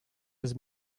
had